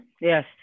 Yes